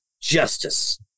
justice